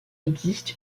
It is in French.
existe